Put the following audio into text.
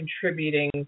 contributing